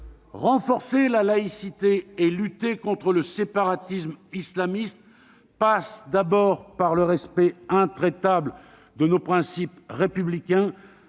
renforcer la laïcité et lutter contre le séparatisme islamiste passe d'abord par le respect intraitable de nos principes républicains,